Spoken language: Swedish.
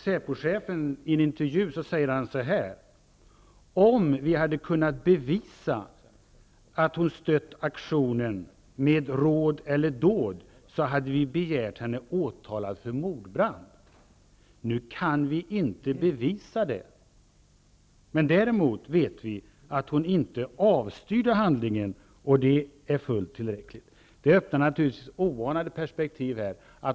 SÄPO-chefen säger i en intervju: Om vi hade kunnat bevisa att hon stött aktionen med råd eller dåd hade vi begärt henne åtalad för mordbrand. Nu kan vi inte bevisa det. Men däremot vet vi att hon inte avstyrde handlingen, och det är fullt tillräckligt. Detta öppnar oanade perspektiv.